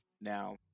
Now